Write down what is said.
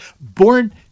born